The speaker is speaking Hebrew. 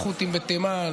לחות'ים בתימן,